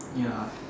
ya